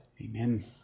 amen